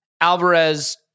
Alvarez